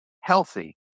healthy